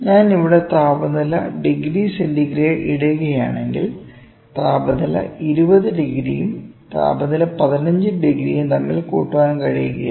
ഞാൻ ഇവിടെ താപനില ഡിഗ്രി സെന്റിഗ്രേഡ് ഇടുകയാണെങ്കിൽ താപനില 20 ഡിഗ്രിയും താപനില 15 ഡിഗ്രിയും തമ്മിൽ കൂട്ടാൻ കഴിയില്ല